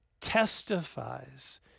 testifies